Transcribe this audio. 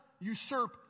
usurp